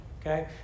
okay